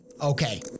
Okay